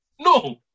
No